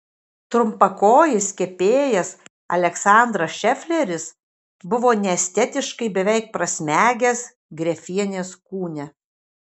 trumpakojis kepėjas aleksandras šefleris buvo neestetiškai beveik prasmegęs grefienės kūne